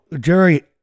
Jerry